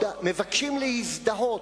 מבקשים להזדהות.